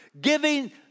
giving